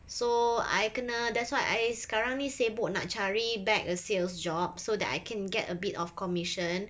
so I kena that's why I sekarang ni sibuk nak cari back a sales job so that I can get a bit of commission